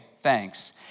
thanks